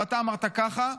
ואתה אמרת ככה,